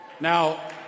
Now